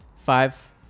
Five